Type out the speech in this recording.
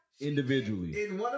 Individually